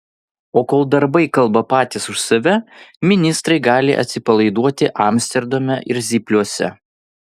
o kol darbai kalba patys už save ministrai gali atsipalaiduoti amsterdame ir zypliuose